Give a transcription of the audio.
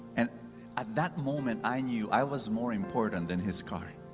and at that moment, i knew i was more important than his car